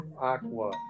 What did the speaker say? aqua